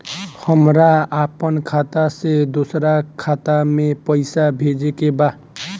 हमरा आपन खाता से दोसरा खाता में पइसा भेजे के बा